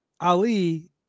Ali